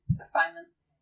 assignments